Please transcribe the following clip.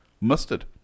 mustard